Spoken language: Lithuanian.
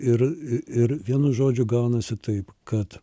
ir ir vienu žodžiu gaunasi taip kad